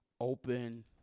open